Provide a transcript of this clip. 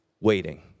waiting